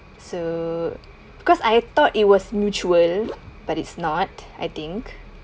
so because I thought it was mutual but it's not I think